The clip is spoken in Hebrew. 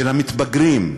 של המתבגרים,